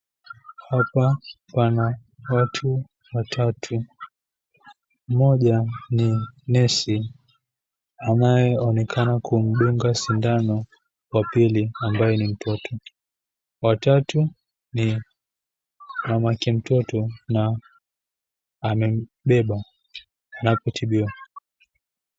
Hapa kuna watu watatu. Mmoja ni nesi anayeonekana kumdunga sindano wa pili ambaye ni mtoto. Watatu ni mama yake mtoto na amembeba anapotibiwa.